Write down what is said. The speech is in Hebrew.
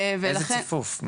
איזה ציפוף,